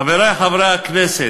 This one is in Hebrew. חברי חברי הכנסת,